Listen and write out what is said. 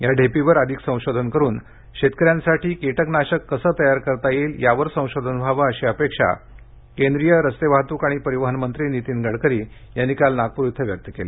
या ढेपीवर अधिक संशोधन करून शेतकाऱ्यांसाठी कीटकनाशक कसं तयार करता येईल यावर संशोधन व्हावं अशी अपेक्षा महामार्ग रस्ते वाहतूक आणि परिवहन मंत्री नितीन गडकरी यांनी काल नागप्र इथं व्यक्त केली